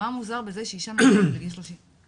מה מוזר בזה שאשה מביאה ילד בגיל 30?